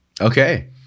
okay